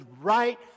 right